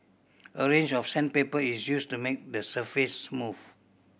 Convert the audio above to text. a range of sandpaper is used to make the surface smooth